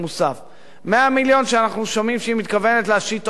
100 מיליון כשאנחנו שומעים שהיא מתכוונת להשית עוד מסים על האוכלוסייה.